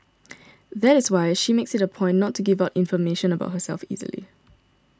that is why she makes it a point not to give out information about herself easily